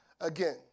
again